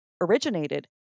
originated